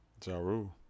Jaru